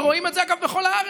ורואים את זה, אגב, בכל הארץ.